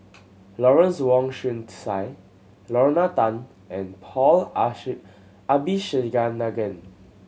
Lawrence Wong Shyun Tsai Lorna Tan and Paul Abisheganaden